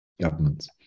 governments